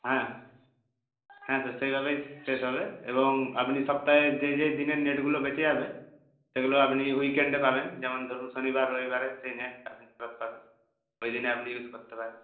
হ্যাঁ হ্যাঁ স্যার সেইভাবেই শেষ হবে এবং আপনি সপ্তাহে যে যে দিনের নেটগুলো বেঁচে যাবে সেগুলো আপনি উইক এন্ডে পাবেন যেমন ধরুন শনিবার রবিবারে সেই নেট আপনি ফেরত পাবেন ওই দিনে আপনি ইউজ করতে পারেন